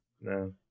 No